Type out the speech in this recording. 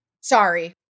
sorry